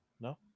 No